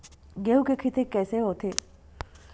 गेहूं के खेती कइसे होथे?